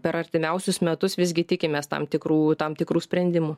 per artimiausius metus visgi tikimės tam tikrų tam tikrų sprendimų